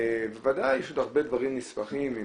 בוודאי יש הרבה דברים נספחים.